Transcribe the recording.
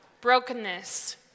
brokenness